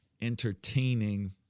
entertaining